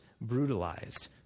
brutalized